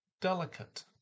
delicate